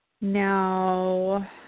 now